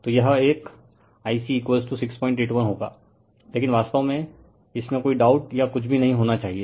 तो यह एक Ic 681 होगा लेकिन वास्तव में इसमें कोई डाउट या कुछ भी नहीं होना चाहिए